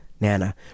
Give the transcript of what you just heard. nana